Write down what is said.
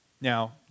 Now